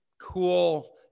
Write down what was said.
cool